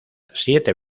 siete